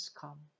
come